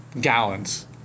gallons